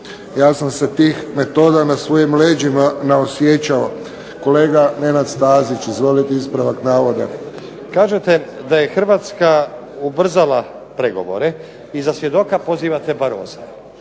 Ja sam se tih metoda na svojim leđima naosjećao. Kolega Nenad Stazić izvolite, ispravak navoda. **Stazić, Nenad (SDP)** Kažete da je Hrvatska ubrzala pregovore i za svjedoka pozivate Barrosa,